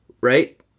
right